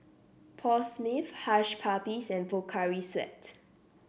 Paul Smith Hush Puppies and Pocari Sweat